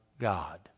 God